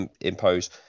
impose